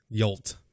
Yolt